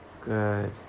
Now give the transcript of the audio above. good